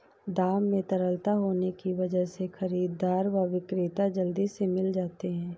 दाम में तरलता होने की वजह से खरीददार व विक्रेता जल्दी से मिल जाते है